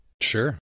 Sure